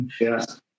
Yes